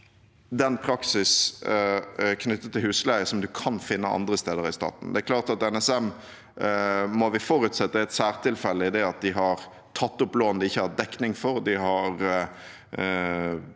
den praksis knyttet til husleie som man kan finne andre steder i staten? Det er klart: Vi må forutsette at NSM er et særtilfelle i det at de har tatt opp lån de ikke har hatt dekning for. De har gått